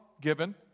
given